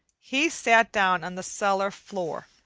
he sat down on the cellar floor,